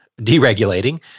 deregulating